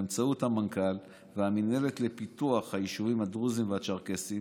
ובאמצעות המנכ"ל והמינהלת לפיתוח היישובים הדרוזיים והצ'רקסיים